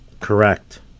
Correct